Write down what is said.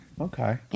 Okay